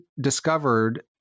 discovered